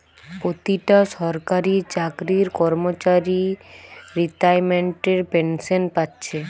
পোতিটা সরকারি চাকরির কর্মচারী রিতাইমেন্টের পেনশেন পাচ্ছে